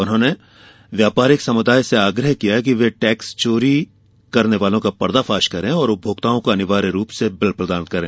उन्होंने व्यापारिक समुदाय से आग्रह किया कि वे टैक्स की चोरी करने वालों का पर्दाफ़ाश करें और उपभोक्ताओं को अनिवार्य रूप से बिल प्रदान करें